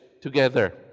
together